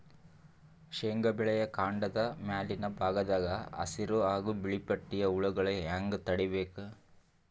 ಶೇಂಗಾ ಬೆಳೆಯ ಕಾಂಡದ ಮ್ಯಾಲಿನ ಭಾಗದಾಗ ಹಸಿರು ಹಾಗೂ ಬಿಳಿಪಟ್ಟಿಯ ಹುಳುಗಳು ಹ್ಯಾಂಗ್ ತಡೀಬೇಕು?